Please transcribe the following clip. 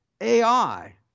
AI